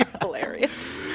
Hilarious